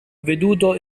veduto